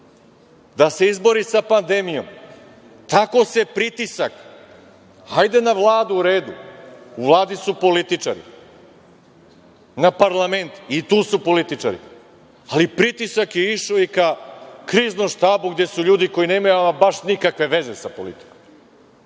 da se izbori sa pandemijom tako se pritisak, hajde na Vladu u redu, u Vladi su političari, na parlament, i tu su političari, ali pritisak je išao i ka kriznom štabu gde su ljudi koji nemaju a ma baš nikakve veze sa politikom,